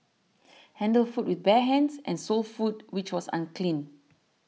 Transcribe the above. handled food with bare hands and sold food which was unclean